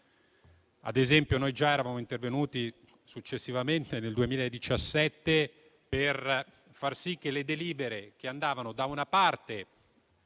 Ad esempio, già eravamo intervenuti successivamente, nel 2017, per far sì che le delibere che da una parte